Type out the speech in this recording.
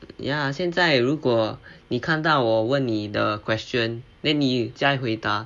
ya 现在如果你看到我问你的 question then 你在回答